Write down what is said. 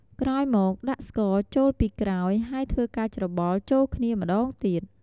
ក្រោយមកដាក់ស្ករចូលពីក្រោយ ហើយធ្វើការច្របល់ចូលគ្នាម្តងទៀត។